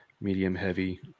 medium-heavy